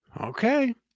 Okay